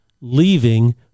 leaving